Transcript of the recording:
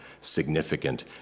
significant